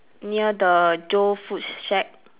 near the Joe food shack